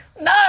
No